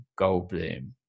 Goldblum